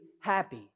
happy